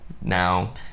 now